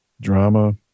drama